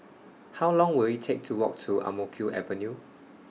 How Long Will IT Take to Walk to Ang Mo Kio Avenue